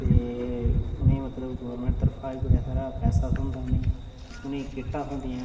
ते उ'नेंगी मतलब गोरमेंट तरफा बड़ा सारा पैसा थ्होंदा उ'नेंगी उ'नेंगी किट्टां थ्होंदियां